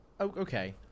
okay